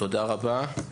תודה רבה.